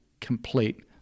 complete